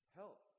help